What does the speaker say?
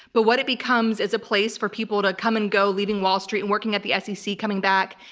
but what it becomes is a place for people to come and go, leaving wall street, and working at the s. e. c, coming back.